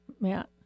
Matt